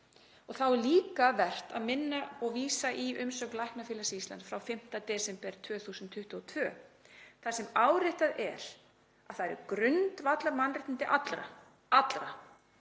Þá er líka vert að vísa í umsögn Læknafélags Íslands frá 5. desember 2022 þar sem áréttað er að það eru grundvallarmannréttindi allra að